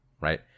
right